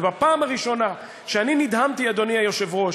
ובפעם הראשונה שאני נדהמתי, אדוני היושב-ראש,